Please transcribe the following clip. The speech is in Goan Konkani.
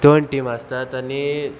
दोन टीम आसतात आनी